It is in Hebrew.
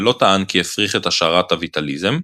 ולא טען כי הפריך את השערת הויטליזם,